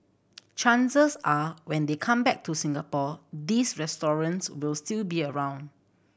chances are when they come back to Singapore these will still be around